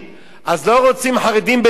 אז לא רוצים חרדים בצה"ל,